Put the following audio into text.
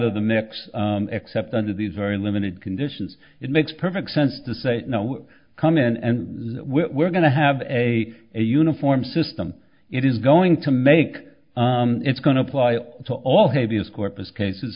of the mix except under these very limited conditions it makes perfect sense to say no come in and we're going to have a a uniform system it is going to make it's going to apply to all haiti is corpus cases